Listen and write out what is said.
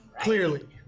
clearly